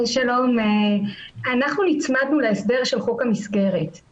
אנחנו נצמדנו להסבר של חוק המסגרת.